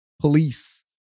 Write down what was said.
police